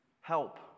help